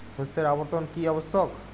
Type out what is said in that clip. শস্যের আবর্তন কী আবশ্যক?